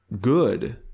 good